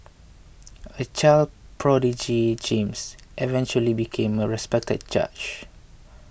a child prodigy James eventually became a respected judge